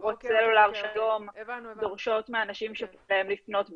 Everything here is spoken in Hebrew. חברות סלולר שדורשות מהאנשים לפנות בפקס.